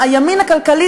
הימין הכלכלי,